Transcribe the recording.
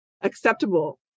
acceptable